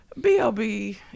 BLB